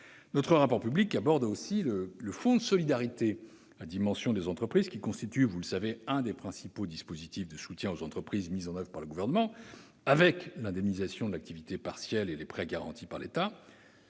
Notre rapport public aborde également le fonds de solidarité à destination des entreprises, qui constitue l'un des principaux dispositifs de soutien aux entreprises mis en oeuvre par le Gouvernement, avec l'indemnisation de l'activité partielle et les prêts garantis par l'État.